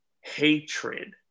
hatred